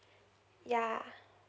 yeah